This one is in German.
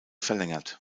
verlängert